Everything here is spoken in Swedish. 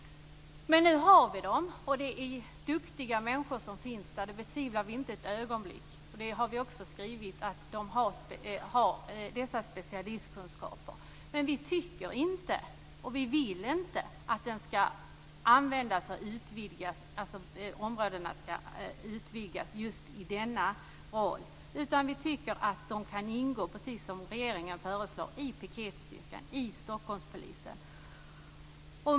Nu har vi den ändå, och vi betvivlar inte ett ögonblick att det är duktiga människor som ingår i den. Vi har också skrivit att de som ingår i styrkan har specialistkunskaper. Vi vill inte att den skall användas och att dess användningsområde skall utvidgas. Vi menar ändå, precis som regeringen föreslår, att de som ingår där kan ingå i piketstyrkan i Stockholmspolisen.